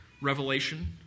revelation